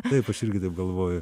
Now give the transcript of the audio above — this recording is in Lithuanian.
taip aš irgi taip galvoju